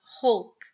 hulk